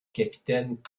capitaine